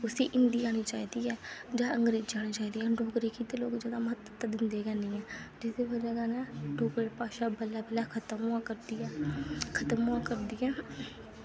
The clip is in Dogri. उस्सी हिन्दी औनी चाहिदी ऐ जां अंग्रेजी औनी चाहिदी ऐ हून डोगरी गी ते लोग जैदा म्हत्तव दिंदे गै निं हैन एह्दी ब'जा कन्नै डोगरी भाशा बल्लै बल्लै खत्म होआ करदी ऐ खत्म होआ करदी ऐ